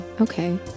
okay